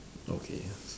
okay